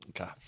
Okay